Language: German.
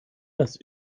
das